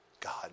God